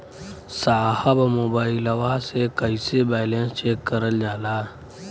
साहब मोबइलवा से कईसे बैलेंस चेक करल जाला?